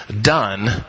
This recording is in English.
done